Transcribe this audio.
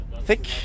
Thick